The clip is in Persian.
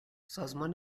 سازمان